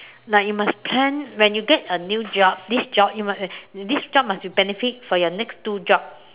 like you must plan when you get a new job this job you must this job must be benefit for your next two job